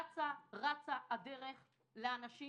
אצה רצה הדרך לאנשים.